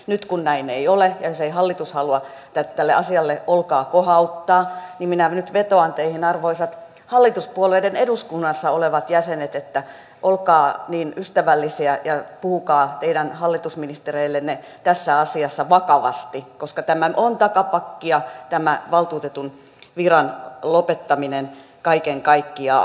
nyt kun näin ei ole ja jos ei hallitus halua tätä asiaa vaan olkaansa kohauttaa niin minä nyt vetoan teihin arvoisat hallituspuolueiden eduskunnassa olevat jäsenet että olkaa niin ystävällisiä ja puhukaa teidän hallitusministereillenne tässä asiassa vakavasti koska tämä on takapakkia tämä valtuutetun viran lopettaminen kaiken kaikkiaan